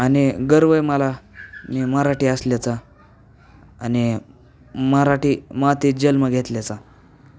आणि गर्व आहे मला मी मराठी असल्याचा आणि मराठी मातीत जन्म घेतल्याचा